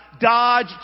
Dodge